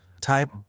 type